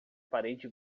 parede